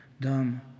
done